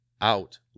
out